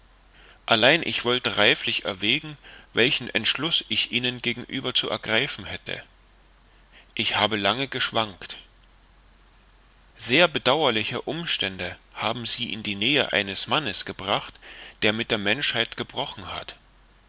allein ich wollte reiflich erwägen welchen entschluß ich ihnen gegenüber zu ergreifen hätte ich habe lange geschwankt sehr bedauerliche umstände haben sie in die nähe eines mannes gebracht der mit der menschheit gebrochen hat